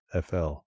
FL